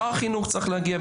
שר החינוך צריך להגיע,